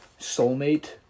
soulmate